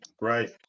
Right